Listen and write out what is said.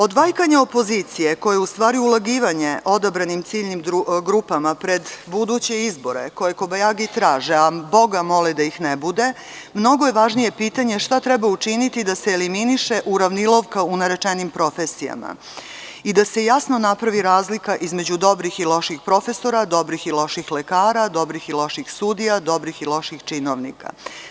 Od vajkanja opozicije koje je u stvari ulagivanje odabranim ciljnim grupama pred buduće izbore koje kobajagi traže, a Boga mole da ih ne bude, mnogo je važnije pitanje šta treba učiniti da se eliminiše uravnilovka u narečenim profesijama i da se jasno napravi razlika između dobrih i loših profesora, dobrih i loših lekara, dobrih i loših sudija, dobrih i loših činovnika.